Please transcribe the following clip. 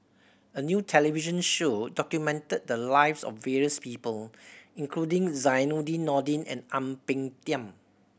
a new television show documented the lives of various people including Zainudin Nordin and Ang Peng Tiam